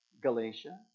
Galatia